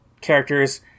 characters